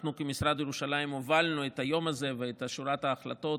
אנחנו כמשרד ירושלים הובלנו את היום הזה ואת שורת ההחלטות,